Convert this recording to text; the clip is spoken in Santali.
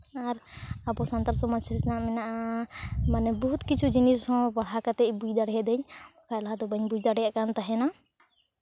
ᱟᱨ ᱟᱵᱚ ᱥᱟᱱᱛᱟᱲ ᱥᱚᱢᱟᱡᱽ ᱨᱮᱱᱟᱜ ᱢᱮᱱᱟᱜᱼᱟ ᱢᱟᱱᱮ ᱵᱚᱦᱩᱫ ᱠᱤᱪᱷᱩ ᱡᱤᱱᱤᱥ ᱦᱚᱸ ᱯᱟᱲᱦᱟᱣ ᱠᱟᱛᱮᱫ ᱵᱩᱡᱽ ᱫᱟᱲᱮᱭᱟᱹᱫᱟᱹᱧ ᱟᱨ ᱞᱟᱦᱟ ᱫᱚ ᱵᱟᱹᱧ ᱵᱩᱡᱽ ᱫᱟᱲᱮᱭᱟᱜ ᱠᱟᱱ ᱛᱟᱦᱮᱱᱟ